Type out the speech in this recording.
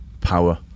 power